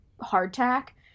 hardtack